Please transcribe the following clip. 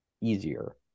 easier